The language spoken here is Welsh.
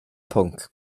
pwnc